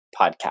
podcast